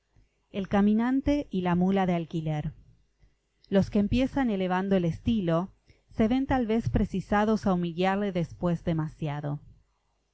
el caminante y la mula de alquiler los que empiezan elevando el estilo se ven tal vez precisados a humillarle después demasiado